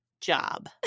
job